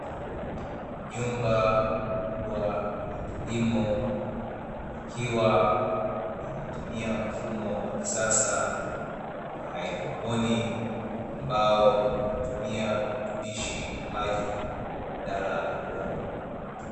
Jumba kubwa la kilimo likiwa linatumika mfumo wa kisasa wa hydrocon) ambalo linatumika virutubisho maji vya kisasa badala ya udongo.